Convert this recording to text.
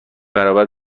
برابر